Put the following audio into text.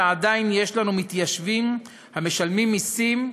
ועדיין יש לנו מתיישבים המשלמים מיסים,